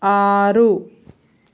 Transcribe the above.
ఆరు